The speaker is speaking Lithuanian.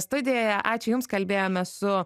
studijoje ačiū jums kalbėjomės su